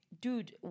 Dude